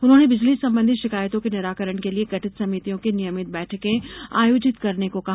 उन्होंने बिजली संबंधी शिकायतों के निराकरण के लिए गठित समितियों की नियमित बैठकें आयोजित करने को कहा